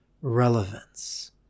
relevance